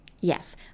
Yes